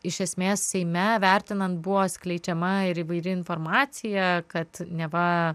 iš esmės seime vertinant buvo skleidžiama ir įvairi informacija kad neva